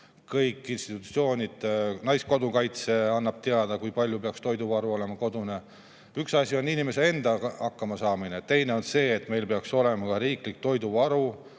institutsioonid. Naiskodukaitse annab teada, kui suur peaks kodune toiduvaru olema. Üks asi on inimese enda hakkamasaamine, teine asi on see, et meil peaks olema ka riiklik toiduvaru,